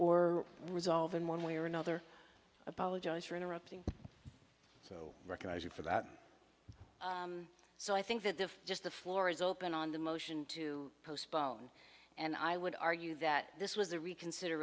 or resolve in one way or another apologize for interrupting so recognize you for that so i think that if just the floor is open on the motion to postpone and i would argue that this was a reconsider